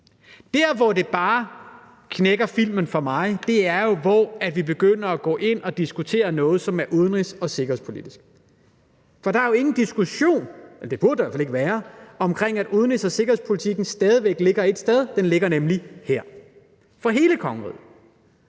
Der, hvor filmen bare knækker for mig, er jo, ved at vi går ind og diskuterer noget, som er udenrigs- og sikkerhedspolitisk. For der er jo ingen diskussion – det burde der i hvert fald ikke være – om, at udenrigs- og sikkerhedspolitikken stadig væk ligger ét sted, nemlig her, for hele kongeriget.